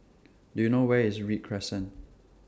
Do YOU know Where IS Read Crescent